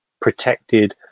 protected